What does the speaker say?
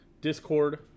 Discord